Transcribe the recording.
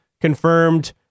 confirmed